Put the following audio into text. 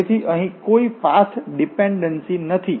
તેથી અહીં કોઈ પાથ ડીપેન્ડન્સી નથી